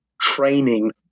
training